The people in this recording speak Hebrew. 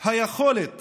היכולת